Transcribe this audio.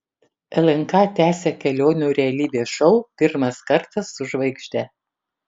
lnk tęsia kelionių realybės šou pirmas kartas su žvaigžde